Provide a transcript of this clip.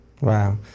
Wow